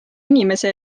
inimese